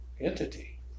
entity